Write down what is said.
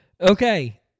Okay